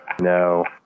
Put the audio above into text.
No